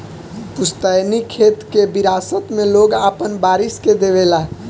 पुस्तैनी खेत के विरासत मे लोग आपन वारिस के देवे ला